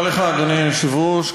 אדוני היושב-ראש,